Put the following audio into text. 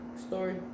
story